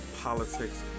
politics